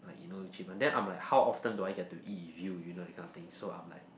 you know Ichiban then I'm like how often do I get to eat with you that kind of thing so I'm like